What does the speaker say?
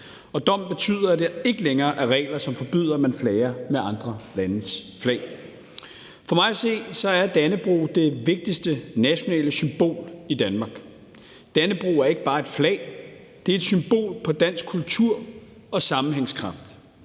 Dommen betyder, at der ikke længere er regler, som forbyder, at man flager med andre landes flag. For mig at se er Dannebrog det vigtigste nationale symbol i Danmark. Dannebrog er ikke bare et flag; det er et symbol på dansk kultur og sammenhængskraft.